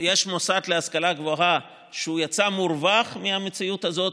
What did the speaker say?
יש מוסד להשכלה גבוהה שיצא מורווח מהמציאות הזאת,